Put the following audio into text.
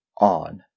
on